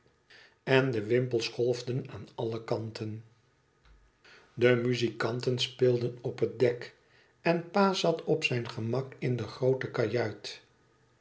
én de wimpels golfden aan alle kanten muzikanten speelden op het dek en pa zat op zijn gemak in de groote kajuit